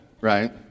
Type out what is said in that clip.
right